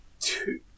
two